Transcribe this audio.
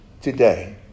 today